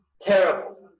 terrible